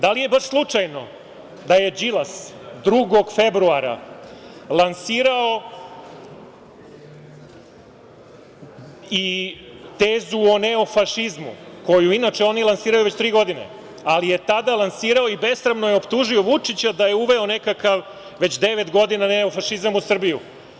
Da li je baš slučajno da je Đilas 2. februara lansirao i tezu o neofašizmu, koju inače oni lansiraju već tri godine, ali je tada lansirao i besramno je optužio Vučića da je uveo nekakav, već devet godina neofašizam u Srbiju?